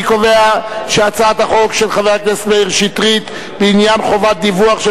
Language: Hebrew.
אני קובע שהצעת החוק של חבר הכנסת מאיר שטרית לעניין חובת דיווח של